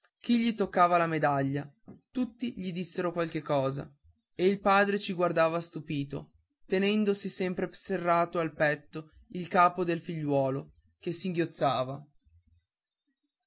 chi gli toccava la medaglia tutti gli dissero qualche cosa e il padre guardava stupito tenendosi sempre serrato al petto il capo del figliuolo che